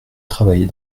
travailler